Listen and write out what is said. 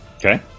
Okay